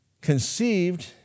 conceived